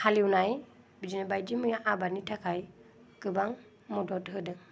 हालेवनाय बिदिनो बायदि मैया आबादनि थाखाय गोबां मदद होदों